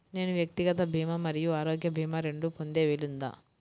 నేను వ్యక్తిగత భీమా మరియు ఆరోగ్య భీమా రెండు పొందే వీలుందా?